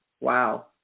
Wow